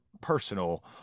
personal